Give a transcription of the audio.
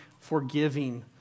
forgiving